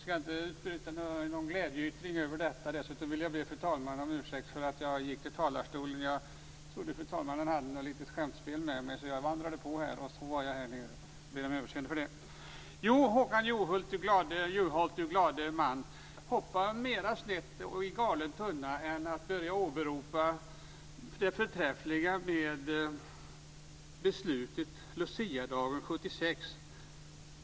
Fru talman! Jag vill säga till den glade mannen Håkan Juholt: Hoppa hellre mer snett och i galen tunna än att börja åberopa det förträffliga med beslutet från Luciadagen 1976!